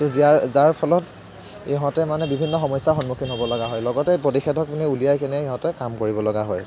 তো যাৰ যাৰ ফলত ইহঁতে মানে বিভিন্ন সমস্য়াৰ সন্মুখীন হ'বলগা হয় লগতে প্ৰতিষেধকখিনি উলিয়াই কেনে ইহঁতে কাম কৰিবলগা হয়